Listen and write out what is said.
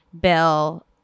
bill